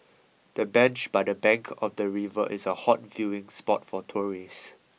the bench by the bank of the river is a hot viewing spot for tourists